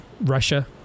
russia